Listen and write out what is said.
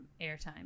airtime